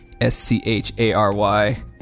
S-C-H-A-R-Y